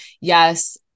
Yes